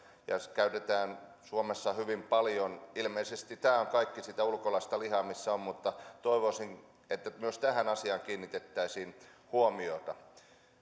käytetään suomessa hyvin paljon ilmeisesti tämä on kaikki sitä ulkolaista lihaa toivoisin että myös tähän asiaan kiinnitettäisiin huomiota